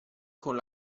con